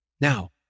Now